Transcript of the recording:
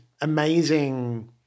amazing